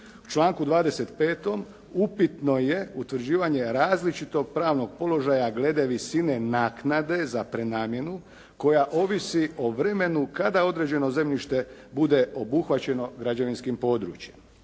U članku 25. upitno je utvrđivanje različitog pravnog položaja glede visine naknade za prenamjenu koja ovisi o vremenu kada određeno zemljište bude obuhvaćeno građevinskim područjem.